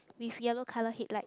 with yellow color headlight